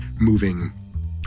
moving